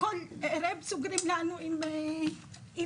כל ערב סוגרים לנו עם המנעול,